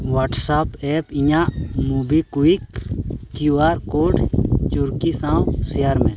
WhatsApp app ᱤᱧᱟᱹᱜ ᱢᱩᱵᱤ quick Q R code ᱪᱩᱲᱠᱤ ᱥᱟᱶ ᱥᱮᱭᱟᱨ ᱢᱮ